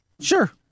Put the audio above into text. Sure